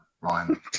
ryan